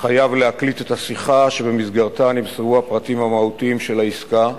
חייב להקליט את השיחה שבמסגרתה נמסרו הפרטים המהותיים של העסקה,